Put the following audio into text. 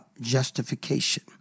justification